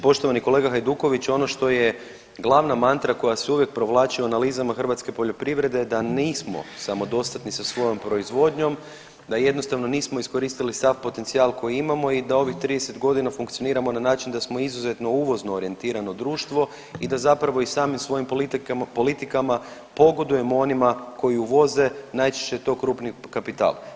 Poštovani kolega Hajduković ono što je glavna mantra koja se uvijek provlači u analizama hrvatske poljoprivrede da nismo samodostatni sa svojom proizvodnjom, da jednostavno nismo iskoristili sav potencijal koji imamo i da ovih 30 godina funkcioniramo na način da smo izuzetno uvozno orijentirano društvo i da zapravo i samim svojim politikama pogodujemo onima koji uvoze najčešće je to krupni kapital.